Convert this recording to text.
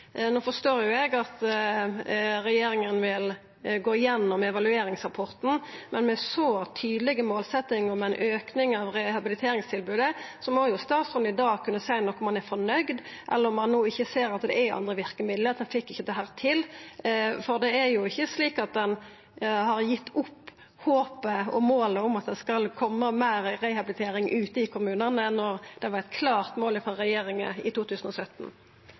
forstår jo at regjeringa vil gå igjennom evalueringsrapporten, men med ei så tydeleg målsetjing om ein auke i rehabiliteringstilbodet må jo statsråden i dag kunna seia om han er fornøgd, eller om han no ikkje ser at det er andre verkemiddel, at ein fekk ikkje til dette. For det er jo ikkje slik at ein har gitt opp håpet og målet om at det skal koma meir rehabilitering ute i kommunane, når det var eit klart mål frå regjeringa i 2017?